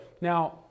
Now